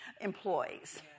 employees